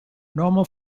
normal